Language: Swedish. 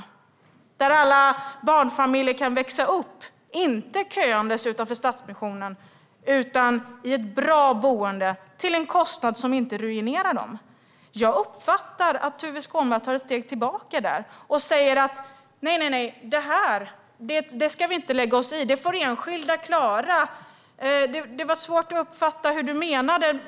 Ska inte alla barnfamiljer få växa upp, inte köande utanför Stadsmissionen utan i ett bra boende till en kostnad som inte ruinerar dem? Jag uppfattar att Tuve Skånberg tar ett steg tillbaka och säger att detta ska vi inte lägga oss i; det får enskilda klara. Det var svårt att uppfatta hur du menade.